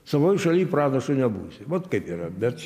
savoj šaly pranašu nebūsi vat kaip yra bet